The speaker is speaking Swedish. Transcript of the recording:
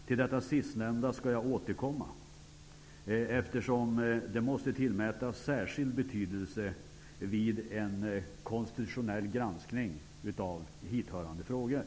Till det sistnämnda skall jag återkomma eftersom det måste tillmätas särskild betydelse vid en konstitutionell granskning av hithörande frågor.